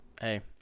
Hey